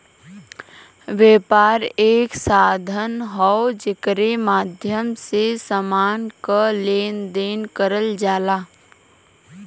व्यापार एक साधन हौ जेकरे माध्यम से समान क लेन देन करल जाला